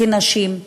כנשים,